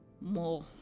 more